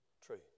true